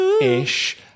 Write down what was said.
ish